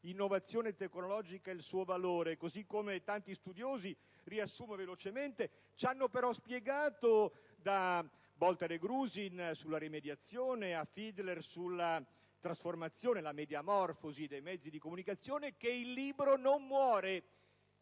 sull'innovazione tecnologica e il suo valore, così come tanti studiosi - riassumo velocemente - ci hanno però spiegato - da Bolter e Grusin, sulla "rimediazione", a Fidler, sulla trasformazione e la "mediamorfosi" dei mezzi di comunicazione - che il libro non muore,